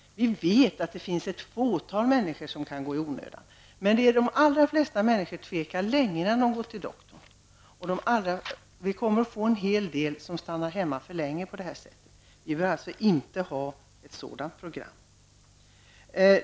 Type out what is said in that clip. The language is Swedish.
Vi vet att det finns ett fåtal människor som kan gå i onödan till läkaren, men de allra flesta människor tvekar länge innan de går dit, och det kommer med den nya inställningen att bli så att en hel del människor stannar för länge. Vi vill inte ha ett sådant program.